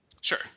Sure